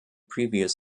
previous